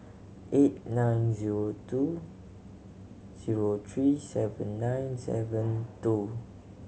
eight nine zero two zero three seven nine seven two